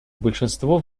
большинство